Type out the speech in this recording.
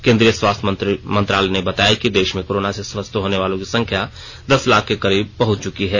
केंद्री स्वास्थ्य मंत्रालय ने बताया कि देश में कोरोना से स्वस्थ होने वालों की संख्या दस लाख के करीब पहुंच गई हैं